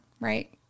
right